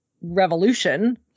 revolution